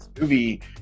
movie